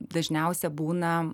dažniausia būna